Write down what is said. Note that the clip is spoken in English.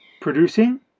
producing